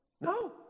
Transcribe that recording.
No